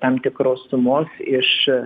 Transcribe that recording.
tam tikros sumos iš